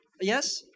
yes